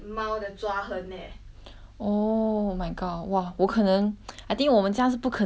oh my god !wah! 我可能 I think 我们家是不可能养 pet 的 lah cause